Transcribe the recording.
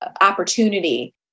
opportunity